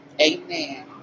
Amen